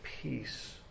peace